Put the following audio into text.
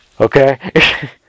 Okay